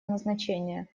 назначения